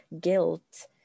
guilt